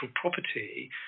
property